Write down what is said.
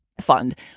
fund